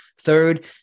third